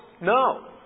No